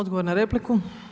Odgovor na repliku.